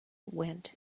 went